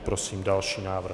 Prosím další návrh.